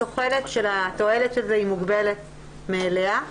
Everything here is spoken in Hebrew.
התוחלת של התועלת של זה היא מוגבלת מאליה.